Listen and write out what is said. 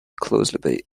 closely